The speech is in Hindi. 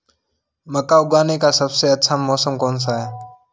मक्का उगाने का सबसे अच्छा मौसम कौनसा है?